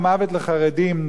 ובכל מיני מקומות,